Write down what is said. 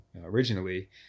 originally